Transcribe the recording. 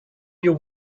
you